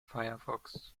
firefox